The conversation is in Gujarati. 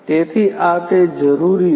તેથી આ તે જરૂરી છે